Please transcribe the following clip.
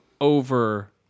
over